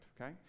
okay